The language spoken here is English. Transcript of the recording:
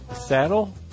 Saddle